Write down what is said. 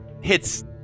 hits